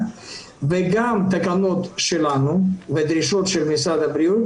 וגם תקנות שלנו והדרישות של משרד הבריאות